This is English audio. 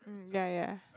mm yeah yeah